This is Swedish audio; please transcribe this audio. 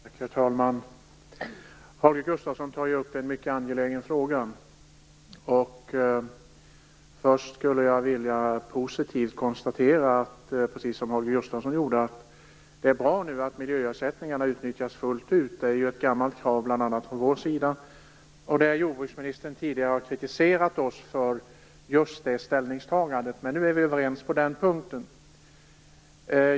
Herr talman! Holger Gustafsson tar upp en mycket angelägen fråga. Jag vill först, som också Holger Gustafsson gjorde, positivt konstatera att det är bra att miljöersättningarna nu utnyttas fullt ut. Det är ett gammalt krav från bl.a. vår sida. Jordbruksministern har tidigare kritiserat oss för just detta ställningstagande, men vi är nu överens på den här punkten.